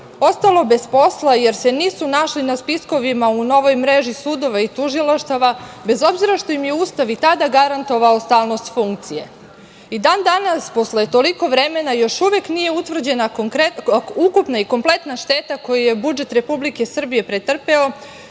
ostalo bez posla jer se nisu našli na spiskovima u novoj mreži sudova i tužilaštava, bez obzira što im je Ustav i tada garantovao stalnost funkcije.I dan danas, posle toliko vremena, još uvek nije utvrđena ukupna i kompletna šteta koju je budžet Republike Srbije pretrpeo